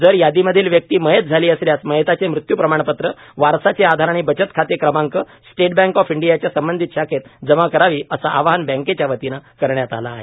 जर यादीमधील व्यक्ती मयत झाली असल्यास मयताचे मृत्यू प्रमाणपत्र वारसाचे आधार आणि बचत खाते क्रमांक स्टेट बँक ऑफ इंडियाच्या संबंधीत शाखेत जमा करावी असं आवाहन बँकेच्या वतीनं करण्यात आलं आहे